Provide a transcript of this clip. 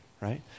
right